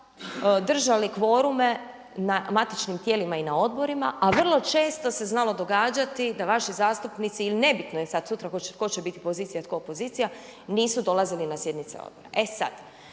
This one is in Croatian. držali kvorume na matičnim tijelima i na odborima a vrlo često se znalo događati da vaši zastupnici ili ne bitno je sada sutra tko će biti pozicija a tko opozicija, nisu dolazili na sjednice odbora. E sada,